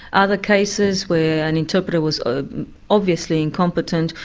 other cases where an interpreter was ah obviously incompetent,